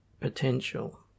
potential